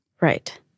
right